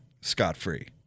scot-free